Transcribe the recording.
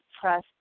press